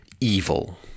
evil